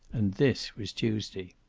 and this was tuesday.